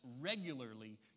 regularly